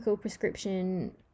prescription